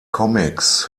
comics